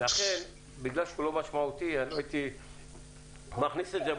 לכן, בגלל שהוא לא משמעותי, הייתי מכניס את זה.